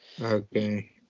Okay